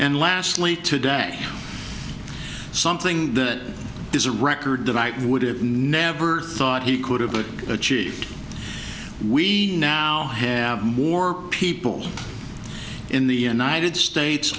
and lastly today something that is a record that i would have never thought he could have but achieved we now have more people in the united states